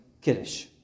Kiddush